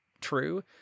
true